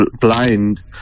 blind